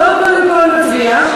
בואו קודם כול נצביע.